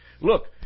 Look